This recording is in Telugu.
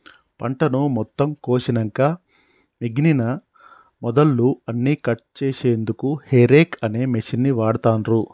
పంటను మొత్తం కోషినంక మిగినన మొదళ్ళు అన్నికట్ చేశెన్దుకు హేరేక్ అనే మిషిన్ని వాడుతాన్రు